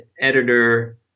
editor